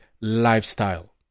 lifestyle